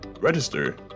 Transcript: Register